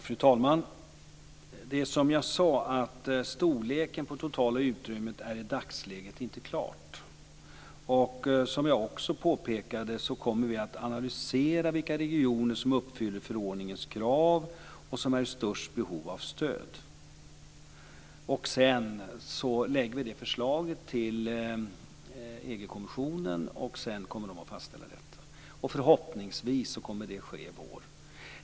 Fru talman! Som jag sade är detta med storleken på det totala utrymmet i dagsläget inte klart. Som jag också påpekade kommer vi att analysera vilka regioner som uppfyller förordningens krav och som är i störst behov av stöd. Sedan lägger vi fram förslaget för EU-kommissionen, som därefter kommer att fastställa detta. Förhoppningsvis sker det i vår.